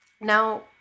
Now